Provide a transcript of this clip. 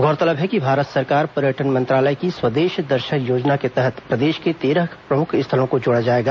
गोरतलब है कि भारत सरकार पर्यटन मंत्रालय की स्वदेश दर्शन योजना के तहत प्रदेश के तेरह प्रमुख स्थलों को जोड़ा जाएगा